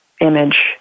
image